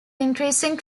increasing